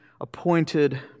appointed